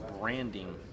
branding